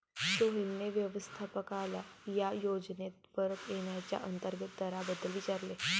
सोहेलने व्यवस्थापकाला या योजनेत परत येण्याच्या अंतर्गत दराबद्दल विचारले